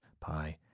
Pi